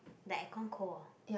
the aircon cold hor